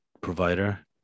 provider